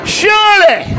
surely